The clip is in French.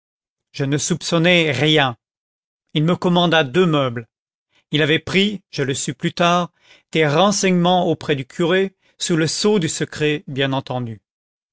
je ne soupçonnais rien il me commanda deux meubles il avait pris je le sus plus tard des renseignements auprès du curé sous le sceau du secret bien entendu